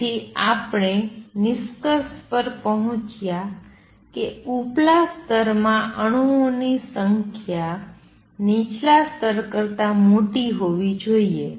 તેથી આપણે નિષ્કર્ષ પર પહોંચ્યા કે ઉપલા સ્તરમાં અણુઓની સંખ્યા નીચલા સ્તર કરતા મોટી હોવી જોઈએ